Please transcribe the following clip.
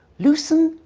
loosen,